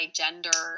gender